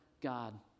God